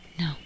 no